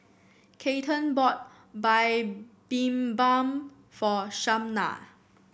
Keaton bought Bibimbap for Shaunna